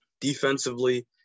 Defensively